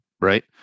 right